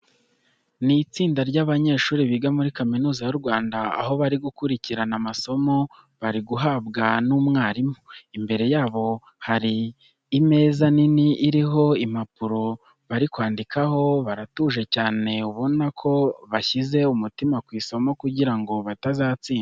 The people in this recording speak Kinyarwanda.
Ni itsinda ry'abanyeshuri biga muri kaminuza y'u Rwanda, aho bari gukurikirana amasomo bari guhabwa n'umwarimu. Imbere yabo hari imeza nini iriho impapuro bari kwandikaho, baratuje cyane ubona ko bashyize umutima ku isomo kugira ngo batazatsindwa.